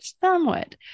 Somewhat